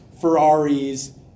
Ferraris